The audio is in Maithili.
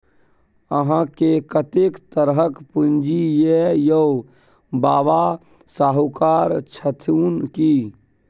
अहाँकेँ कतेक तरहक पूंजी यै यौ? बाबा शाहुकार छथुन की?